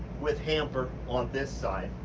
with hamper on this side.